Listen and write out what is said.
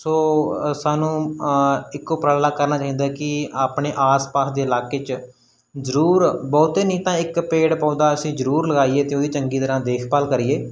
ਸੋ ਸਾਨੂੰ ਇੱਕੋ ਉਪਰਾਲਾ ਕਰਨਾ ਚਾਹੀਦਾ ਕਿ ਆਪਣੇ ਆਸ ਪਾਸ ਦੇ ਇਲਾਕੇ 'ਚ ਜ਼ਰੂਰ ਬਹੁਤੇ ਨਹੀਂ ਤਾਂ ਇੱਕ ਪੇੜ ਪੌਦਾ ਅਸੀਂ ਜ਼ਰੂਰ ਲਗਾਈਏ ਅਤੇ ਉਹਦੀ ਚੰਗੀ ਤਰ੍ਹਾਂ ਦੇਖਭਾਲ ਕਰੀਏ